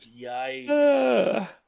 Yikes